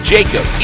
Jacob